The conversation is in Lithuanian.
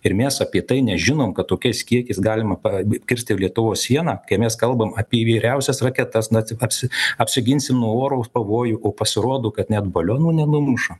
ir mes apie tai nežinom kad tokiais kiekiais galima pa kirsti lietuvos sieną kai mes kalbam apie įvairiausias raketas naci apsi apsiginsim nuo oro pavojų o pasirodo kad net balionų nenumuša